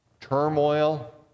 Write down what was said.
turmoil